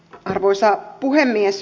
arvoisa puhemies